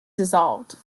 dissolved